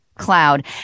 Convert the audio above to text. cloud